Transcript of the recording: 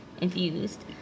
infused